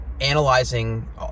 analyzing